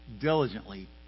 diligently